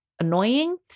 annoying